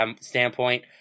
standpoint